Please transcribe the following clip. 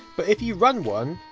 but if you run one.